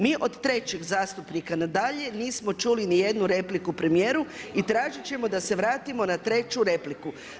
Mi od trećeg zastupnika na dalje nismo čuli nijednu repliku premijeru i tražit ćemo da se vratimo na treću repliku.